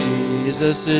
Jesus